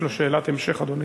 יש לו שאלת המשך.